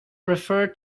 refer